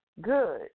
good